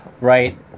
right